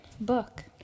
book